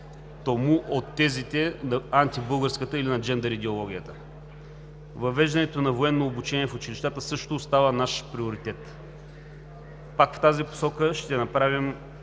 му от тезите на антибългарската или на джендър идеологията. Въвеждането на военно обучение в училищата също става наш приоритет. Пак в тази посока ще направим